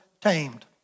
tamed